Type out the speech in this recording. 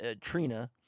Trina